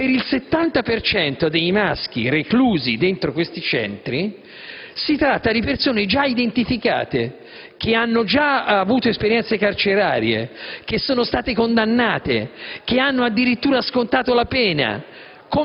per cento dei maschi reclusi in questi Centri, si tratta di persone già identificate, che hanno già avuto esperienze carcerarie, che sono state condannate, che hanno addirittura scontato la pena.